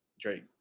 Drake